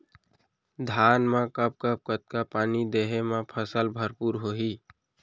धान मा कब कब कतका पानी देहे मा फसल भरपूर होही?